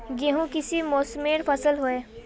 गेहूँ किस मौसमेर फसल होय?